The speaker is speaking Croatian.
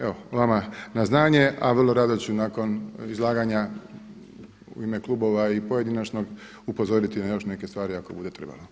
Evo vama na znanje a vrlo rado ću nakon izlaganja u ime klubova i pojedinačnog upozoriti na još neke stvari ako bude trebalo.